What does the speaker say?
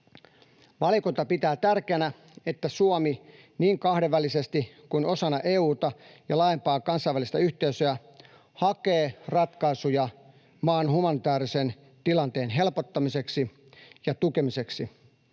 Valiokunta pitää tärkeänä, että Suomi niin kahdenvälisesti kuin osana EU:ta ja laajempaa kansainvälistä yhteisöä hakee ratkaisuja maan humanitäärisen tilanteen helpottamiseksi ja tukemiseksi,